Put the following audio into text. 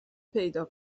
پیدا